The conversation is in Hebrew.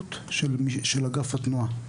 להצטיידות של אגף התנועה,